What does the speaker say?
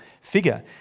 figure